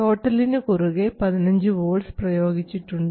ടോട്ടലിനു കുറുകെ 15 വോൾട്ട്സ് പ്രയോഗിച്ചിട്ടുണ്ട്